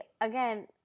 again